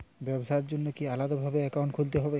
ব্যাবসার জন্য কি আলাদা ভাবে অ্যাকাউন্ট খুলতে হবে?